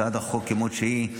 הצעת החוק כמות שהיא,